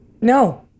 No